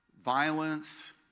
violence